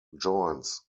joins